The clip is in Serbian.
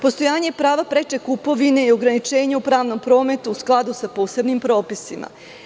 Postojanje prava preče kupovine i ograničenje u pravnom prometu u skladu sa posebnim propisima.